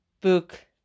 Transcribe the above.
book